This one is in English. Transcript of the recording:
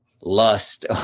lust